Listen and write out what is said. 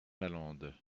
lalande